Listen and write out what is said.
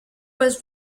was